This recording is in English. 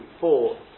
four